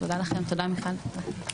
תודה מיכל.